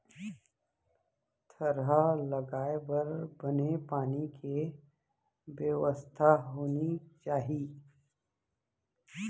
थरहा लगाए बर बने पानी के बेवस्था होनी चाही